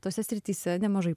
tose srityse nemažai